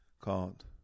called